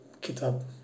kitab